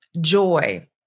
joy